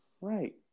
Right